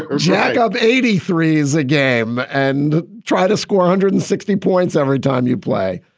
jack up eighty threes a game and try to score a hundred and sixty points every time you play?